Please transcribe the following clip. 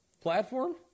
platform